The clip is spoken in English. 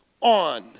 on